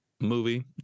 movie